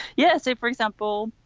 yeah so for example,